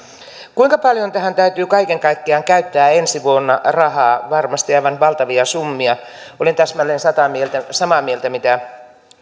kuinka paljon tähän täytyy kaiken kaikkiaan käyttää ensi vuonna rahaa varmasti aivan valtavia summia olen täsmälleen samaa mieltä mitä